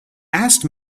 asked